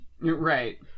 Right